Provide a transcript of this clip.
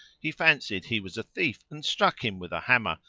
he fancied he was a thief and struck him with a hammer,